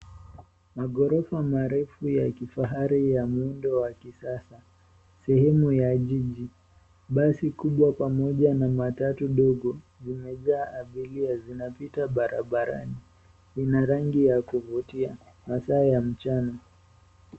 Magorofa marefu ya kifahari ya muundo wa kisasa sehemu ya jiji, basi kubwa pamoja na matatu dogo zimejaa abiria zinapita barabarani ina rangi ya kuvutia masaa ya mchana.